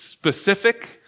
specific